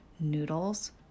Noodles